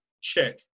check